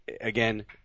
again